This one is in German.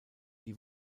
die